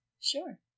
Sure